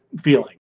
feeling